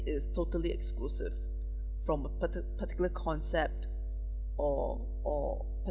is totally exclusive from a parti~ particular concept or or